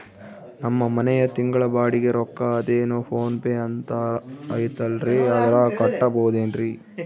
ನಮ್ಮ ಮನೆಯ ತಿಂಗಳ ಬಾಡಿಗೆ ರೊಕ್ಕ ಅದೇನೋ ಪೋನ್ ಪೇ ಅಂತಾ ಐತಲ್ರೇ ಅದರಾಗ ಕಟ್ಟಬಹುದೇನ್ರಿ?